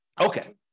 Okay